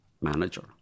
manager